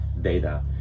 data